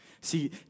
See